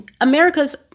America's